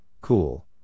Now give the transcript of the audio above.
cool